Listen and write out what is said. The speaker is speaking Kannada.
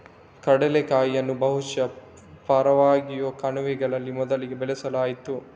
ಕಡಲೆಕಾಯಿಯನ್ನು ಬಹುಶಃ ಪರಾಗ್ವೆಯ ಕಣಿವೆಗಳಲ್ಲಿ ಮೊದಲಿಗೆ ಬೆಳೆಸಲಾಯಿತು